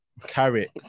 carrot